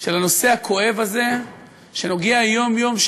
של הנושא הכואב הזה שנוגע יום-יום,